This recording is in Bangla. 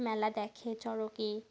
মেলা দেখে চড়কের